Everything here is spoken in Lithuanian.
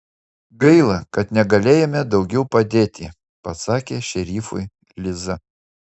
gaila kad negalėjome daugiau padėti pasakė šerifui liza